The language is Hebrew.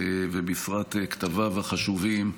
ובפרט כתביו החשובים,